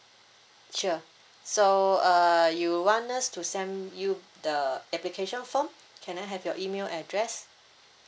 sure so uh you want us to send you the application form can I have your email address